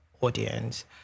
audience